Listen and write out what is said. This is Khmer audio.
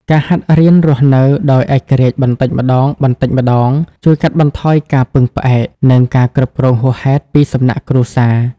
ការហាត់រៀនរស់នៅដោយឯករាជ្យបន្តិចម្តងៗ ជួយកាត់បន្ថយការពឹងផ្អែក និងការគ្រប់គ្រងហួសហេតុពីសំណាក់គ្រួសារ។